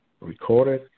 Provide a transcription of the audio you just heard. recorded